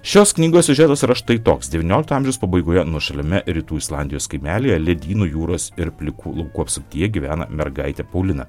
šios knygos siužetas yra štai toks devyniolikto amžiaus pabaigoje nuošaliame rytų islandijos kaimelyje ledynų jūros ir plikų laukų apsuptyje gyvena mergaitė paulina